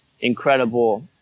incredible